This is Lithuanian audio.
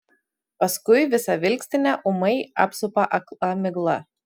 paskui visą vilkstinę ūmai apsupa akla migla